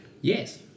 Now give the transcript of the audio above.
Yes